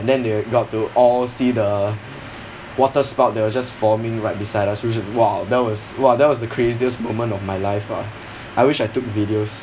then they got to all see the water spout that was just forming right beside us which was !wah! that was !wah! that was craziest moment of my life lah I wish I took videos